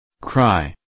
Cry